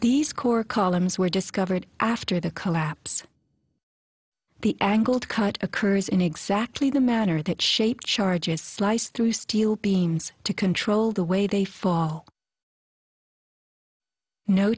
these core columns were discovered after the collapse the angled cut occurs in exactly the manner that shaped charges slice through steel beams to control the way they fall